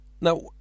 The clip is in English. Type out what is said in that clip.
now